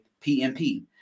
PMP